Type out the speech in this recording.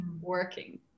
working